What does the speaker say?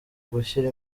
gushyira